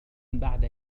بعد